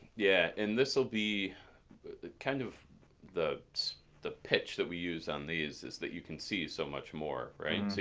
yeah. and this will be kind of the the pitch that we use on these is that you can see so much more. so,